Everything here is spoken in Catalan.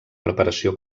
preparació